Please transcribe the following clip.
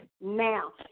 now